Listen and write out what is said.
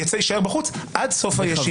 יישאר בחוץ עד סוף הישיבה.